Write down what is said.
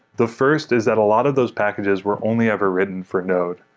the first is that a lot of those packages were only ever written for node.